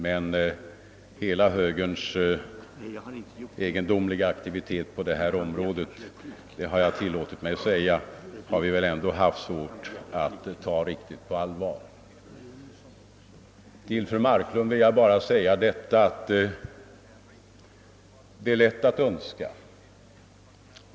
Jag har emellertid tillåtit mig säga att vi haft svårt att ta högerns egendomliga aktivitet på detta område riktigt på allvar. Sedan är det lätt att framställa önskemål, fru Marklund.